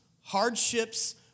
hardships